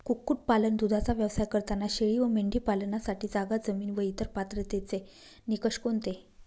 कुक्कुटपालन, दूधाचा व्यवसाय करताना शेळी व मेंढी पालनासाठी जागा, जमीन व इतर पात्रतेचे निकष कोणते?